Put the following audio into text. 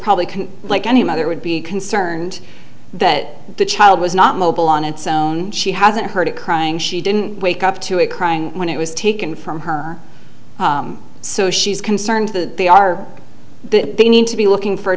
probably can like any mother would be concerned that the child was not mobile on its own she hasn't heard it crying she didn't wake up to it crying when it was taken from her so she's concerned that they are that they need to be looking for a